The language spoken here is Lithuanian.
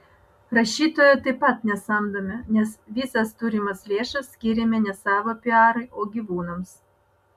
rašytojo taip pat nesamdome nes visas turimas lėšas skiriame ne savo piarui o gyvūnams